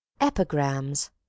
Epigrams